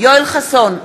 יואל חסון,